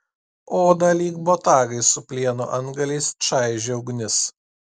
odą lyg botagai su plieno antgaliais čaižė ugnis